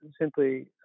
simply